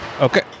Okay